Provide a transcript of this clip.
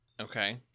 Okay